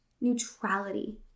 neutrality